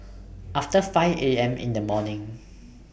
after five A M in The morning